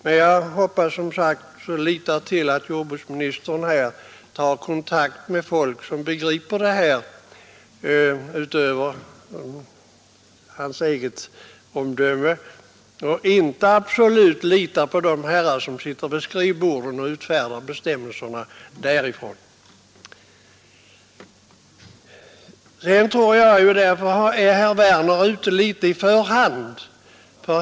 Men jag hoppas att jordbruksministern när han skall fastställa tillämpningsbestämmelser tar kontakt med folk som begriper dessa saker och inte absolut litar på de herrar som från sina skrivbord utfärdar bestämmelserna. Jag tror därför att herr Werner är litet för tidigt ute.